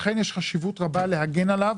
לכן יש חשיבות רבה להגן עליו